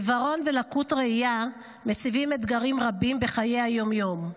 עיוורון ולקויות ראייה מציבים אתגרים רבים בחיי היום-יום,